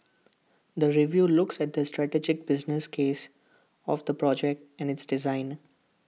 the review looks at the strategic business case of the project and its design